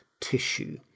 tissue